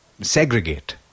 segregate